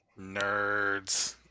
Nerds